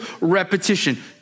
repetition